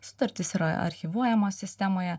sutartys yra archyvuojama sistemoje